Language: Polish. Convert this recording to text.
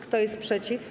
Kto jest przeciw?